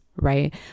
right